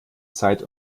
zeit